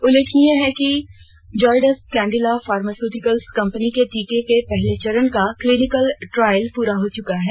उल्लेखनीय है कि जायडस कैडिला फार्मास्यूटिकल्स कम्पनी के टीके का पहले चरण का क्लीनिकल ट्रायल पूरा हो चुका है